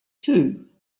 two